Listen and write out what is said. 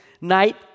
night